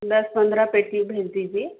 दस पन्द्रह पेटी भेज दीजिए